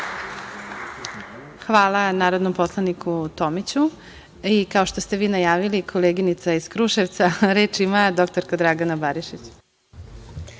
Hvala narodnom poslaniku Tomiću. Kao što ste vi najavili, koleginica iz Kruševca, reč ima dr Dragana Barišić.